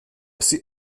psy